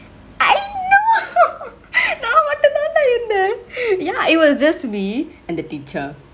I know நா மட்டுந்தான்டா இருந்த:naa mattuthandaa irunthe ya it was just me and the teacher and then